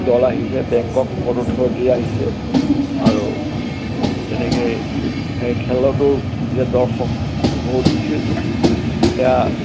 দল আহিছে বেংকক আহিছে আৰু তেনেকেই সেই খেলতো যে দৰ্শক বহুত হৈছিল এয়া